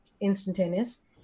instantaneous